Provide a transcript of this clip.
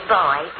boy